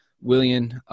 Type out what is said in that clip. William